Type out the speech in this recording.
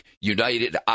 United